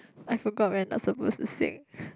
I forgot we are not supposed to sing